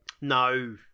No